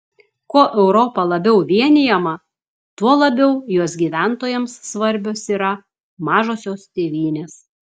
kuo europa labiau vienijama tuo labiau jos gyventojams svarbios yra mažosios tėvynės